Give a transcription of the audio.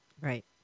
right